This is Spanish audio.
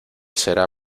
será